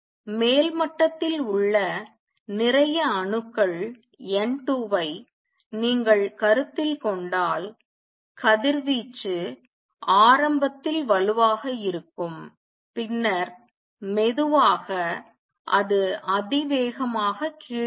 மேல்மட்டத்தில் உள்ள நிறைய அணுக்கள் N2 ஐ நீங்கள் கருத்தில் கொண்டால் கதிர்வீச்சு ஆரம்பத்தில் வலுவாக இருக்கும் பின்னர் மெதுவாக அது அதிவேகமாக கீழே வரும்